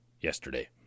yesterday